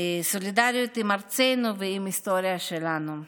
עם ארצנו ועם ההיסטוריה שלנו.